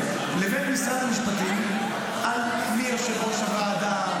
לבין משרד המשפטים על מי יושב-ראש הוועדה,